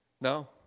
No